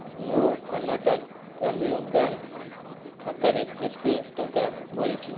ମୋ କର୍ଣ୍ଣାଟକ ଗ୍ରାମୀଣ ବ୍ୟାଙ୍କ୍ ଖାତାରେ କେତେ ଟଙ୍କା ବଳିଛି